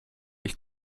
ich